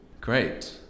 Great